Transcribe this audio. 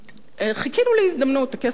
חיכינו להזדמנות, הכסף ישב.